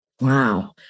Wow